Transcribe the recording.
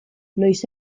noiz